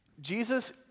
Jesus